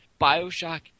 Bioshock